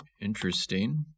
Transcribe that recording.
interesting